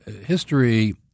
history